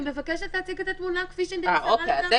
אני מבקשת להציג את התמונה כפי שהיא נמסרה לכם.